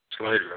later